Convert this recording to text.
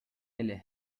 эле